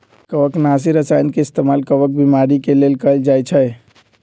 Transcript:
कवकनाशी रसायन के इस्तेमाल कवक बीमारी के लेल कएल जाई छई